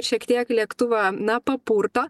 ir šiek tiek lėktuvą na papurto